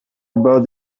about